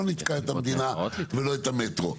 לא נתקע את המדינה ולא את המטרו.